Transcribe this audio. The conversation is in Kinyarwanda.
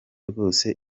rwose